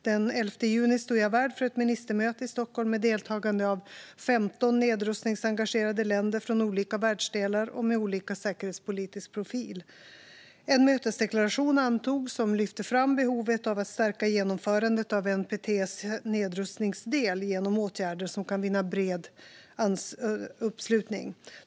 Den 11 juni stod jag värd för ett ministermöte i Stockholm med deltagande av 15 nedrustningsengagerade länder från olika världsdelar och med olika säkerhetspolitisk profil. Det antogs en mötesdeklaration som lyfter fram behovet av att stärka genomförandet av NPT:s nedrustningsdel genom åtgärder som kan vinna bred uppslutning.